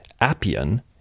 Appian